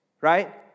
right